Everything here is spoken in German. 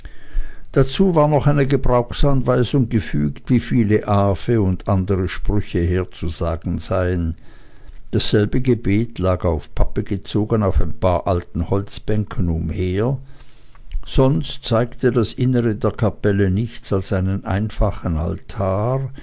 dazu war noch eine gebrauchsanweisung gefügt wie viele ave und andere sprüche herzusagen seien dasselbe gebet lag auf pappe gezogen auf ein paar alten holzbänken umher sonst zeigte das innere der kapelle nichts als einen einfachen altar